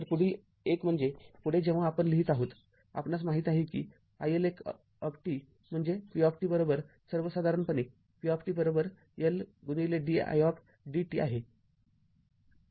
तर पुढील एक म्हणजे पुढे जेव्हा आपण लिहित आहोत आपणास माहीत आहे कि iL१ म्हणजे V सर्वसाधारणपणे V Ld id t आहे